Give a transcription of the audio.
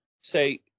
Say